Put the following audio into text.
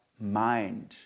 mind